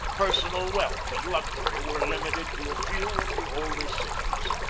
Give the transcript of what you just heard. personal wealth and luxury were limited to a few of the older cities.